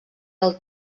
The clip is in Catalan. del